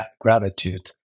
gratitude